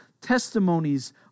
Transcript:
testimonies